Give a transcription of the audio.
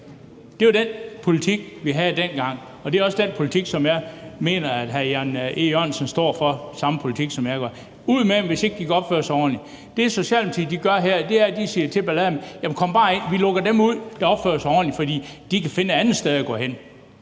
Det var den politik, vi havde dengang, og det er også den samme politik, som jeg mener hr. Jan E. Jørgensen står for, altså ud med dem, hvis ikke de kan opføre sig ordentligt. Det, Socialdemokratiet gør her, er, at de siger til ballademagerne: Kom bare ind; vi lukker dem ud, der opfører sig ordentligt, for de kan finde et andet sted at gå hen.